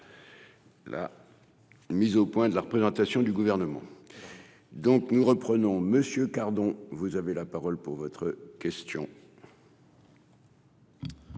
La. Mise au point de la représentation du gouvernement. Donc nous reprenons monsieur car dont vous avez la parole pour votre question.